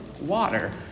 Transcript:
water